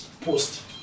post